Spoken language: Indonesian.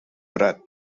berat